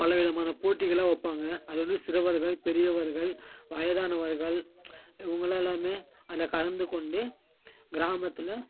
பல விதமான போட்டிகள்லாம் வைப்பாங்க அது வந்து சிறுவர்கள் பெரியவர்கள் வயதானவர்கள் இவங்களா எல்லாருமே அதில் கலந்துக் கொண்டு கிராமத்தில்